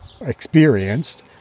experienced